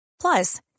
Plus